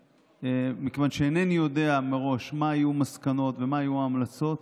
מכיוון שאינני יודע מראש מה יהיו המסקנות ומה יהיו ההמלצות,